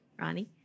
Ronnie